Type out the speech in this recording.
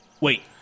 Wait